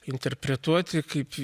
interpretuoti kaip